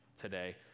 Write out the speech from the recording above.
today